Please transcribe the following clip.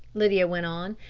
lydia went on,